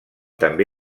també